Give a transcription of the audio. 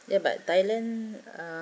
ya but thailand ah